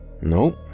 Nope